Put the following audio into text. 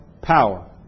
power